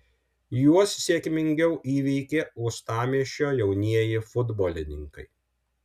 juos sėkmingiau įveikė uostamiesčio jaunieji futbolininkai